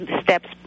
steps